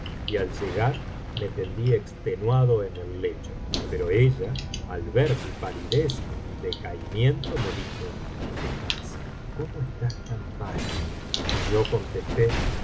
y al llegar me tendí extenuado en el lecho pero ella al ver mi palidez y mi decaimiento me dijo qué te pasa cómo estás tan pálido y yo contesté me